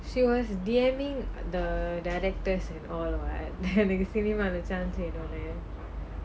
she was dming the directors and all [what] எனக்கு:ennakku cinema leh chance வேணும்னு:venumnu